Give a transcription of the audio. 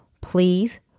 please